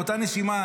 באותה נשימה,